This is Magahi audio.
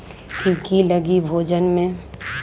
की की लगी भेजने में?